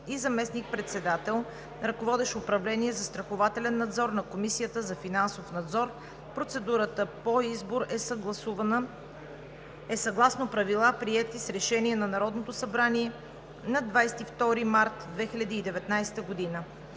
и заместник-председател, ръководещ управление „Застрахователен надзор“ на Комисията за финансов надзор. Процедурата по избор е съгласно правила, приети с Решение на Народното събрание на 22 март 2019 г.